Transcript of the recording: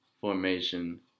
formation